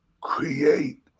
create